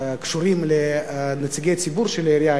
קשורים לנציגי ציבור של העירייה,